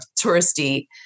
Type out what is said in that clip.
touristy